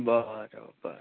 બરાબર